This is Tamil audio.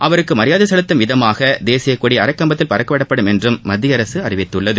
அவருக்கு மரியாதை செலுத்தும் விதமாக தேசியக்கொடி அரைக்கம்பதில் பறக்கவிடப்படும் என்று மத்திய அரசு அறிவித்துள்ளது